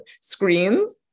screens